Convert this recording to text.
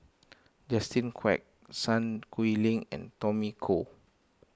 Justin Quek Sun Xueling and Tommy Koh